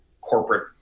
corporate